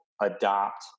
adopt